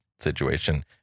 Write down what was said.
situation